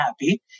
happy